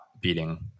beating